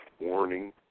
warning